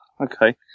Okay